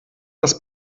das